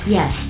Yes